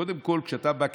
קודם כול, כשאתה בא כמחוקק,